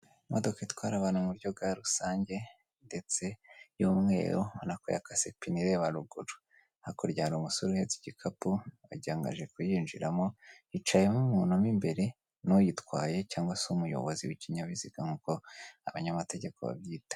Imodoka itwara abantu mu buryo bwa rusange ndetse y'umweru, ubona ko yakase ipine ireba ruguru. hakurya hari umusore uhetse igikapu, wagira ngo aje kuyinjiramo yicayemo umuntu mo imbere n'uyitwaye cyangwa se umuyobozi w'ikinyabiziga nk'uko abanyamategeko babyita.